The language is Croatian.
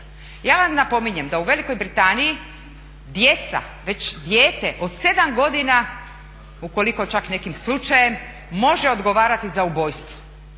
Ja vam napominjem da u Velikoj Britaniji djeca, već dijete od 7 godina, ukoliko čak nekim slučajem može odgovarati za ubojstvo.